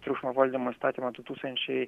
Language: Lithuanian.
triukšmo valdymo įstatymą du tūkstančiai